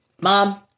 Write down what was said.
Mom